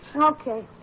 Okay